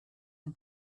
and